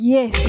Yes